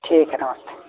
ठीक है नमस्ते